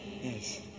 Yes